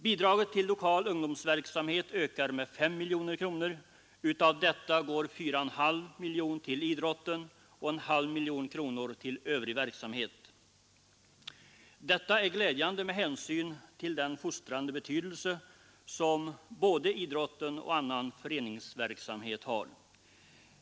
Bidraget till lokal ungdomsverksamhet ökar med 5 miljoner kronor. Härav går 4,5 miljoner till idrotten och 0,5 till övrig verksamhet. Detta är glädjande med hänsyn till den fostrande betydelse som både idrotten och annan föreningsverksamhet har.